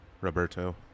roberto